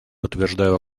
подтверждаю